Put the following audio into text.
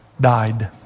died